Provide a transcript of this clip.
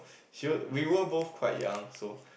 she we were both quite young so